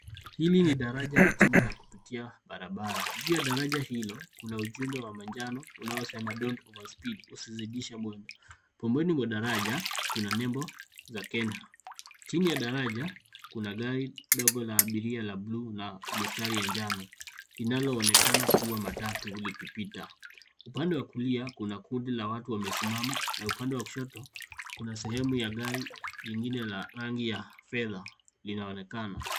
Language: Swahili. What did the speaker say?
Hili ni daraja la chini la kupitia barabara. Juu ya daraja hilo kuna ujumbe wa manjano unaosema don't overspeed usizidishe mwendo. Pembeni mwa daraja kuna nembo za Kenha. Chini ya daraja kuna gari dogo la abiria la bluu na mistari ya njano linaloonekana kuwa matatu likipita. Upande wa kulia kuna kundi la watu wamesimama na upande wa kushoto kuna sehemu ya gari jingine la rangi ya fedha linaonekana.